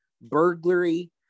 Burglary